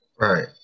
right